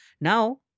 Now